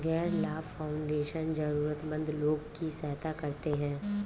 गैर लाभ फाउंडेशन जरूरतमन्द लोगों की सहायता करते हैं